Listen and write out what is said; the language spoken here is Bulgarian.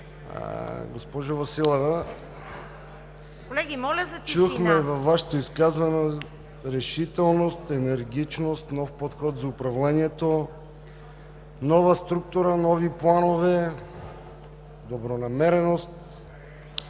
ЛЮБОМИР БОНЕВ: …чухме във Вашето изказване решителност, енергичност, нов подход за управлението, нова структура, нови планове, добронамереност.